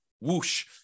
Whoosh